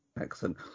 excellent